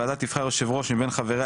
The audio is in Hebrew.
הוועדה תבחר יושב-ראש מבין חבריה,